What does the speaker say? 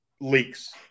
leaks